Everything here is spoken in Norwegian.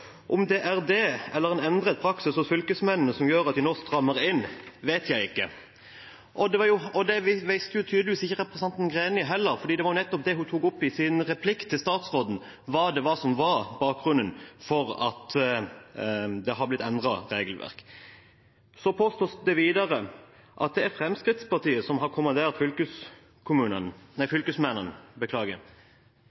om det er en endret praksis hos fylkesmennene som gjør at det nå strammes inn, er uvisst.» Representanten Greni visste det tydeligvis heller ikke, for det var nettopp det hun tok opp i sin replikk til statsråden – hva som var bakgrunnen for at regelverket har blitt endret. Det påstås videre at det er Fremskrittspartiet som har kommandert fylkesmennene. Men det